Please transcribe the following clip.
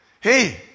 hey